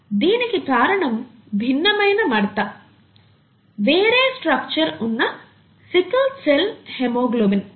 దీనికి కారణం భిన్నమైన మడత వేరే స్ట్రక్చర్ ఉన్న సికెల్ సెల్ హెమోగ్లోబిన్